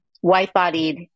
white-bodied